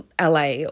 LA